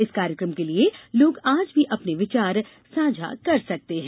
इस कार्यक्रम के लिए लोग आज भी अपने विचार साझा कर सकते हैं